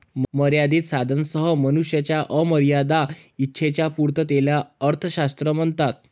मर्यादित साधनांसह मनुष्याच्या अमर्याद इच्छांच्या पूर्ततेला अर्थशास्त्र म्हणतात